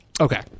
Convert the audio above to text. Okay